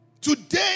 Today